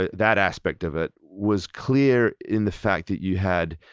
ah that aspect of it was clear in the fact that you had